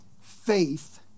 faith